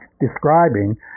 describing